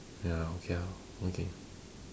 ya okay ah okay